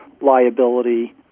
liability